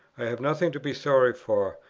i have nothing to be sorry for,